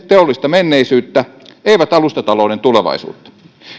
teollista menneisyyttä eivät alustatalouden tulevaisuutta